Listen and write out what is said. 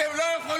אתם לא יכולים.